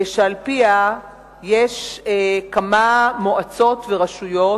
שעל-פיה יש כמה מועצות ורשויות.